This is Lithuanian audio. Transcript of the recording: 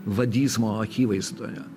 vadizmo akivaizdoje